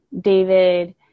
David